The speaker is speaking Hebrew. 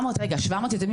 700 יתומים